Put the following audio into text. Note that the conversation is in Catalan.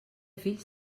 fills